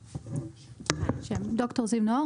אני ד"ר זיו נאור,